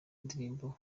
indirimbo